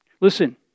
listen